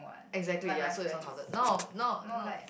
exactly ya so it's not counted no no no